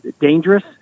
dangerous